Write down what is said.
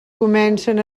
comencen